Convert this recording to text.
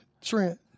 Trent